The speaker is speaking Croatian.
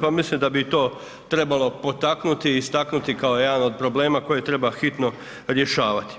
Pa mislim da bi i to trebalo potaknuti i istaknuti kao jedan od problema koje treba hitno rješavati